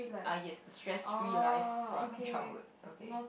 ah yes is stress free life from my childhood okay